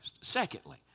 Secondly